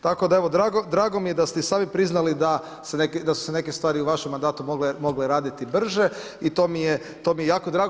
Tako da evo drago mi je da ste i sami priznali da su se neke stvari u vašem mandatu mogle raditi brže i to mi je jako drago.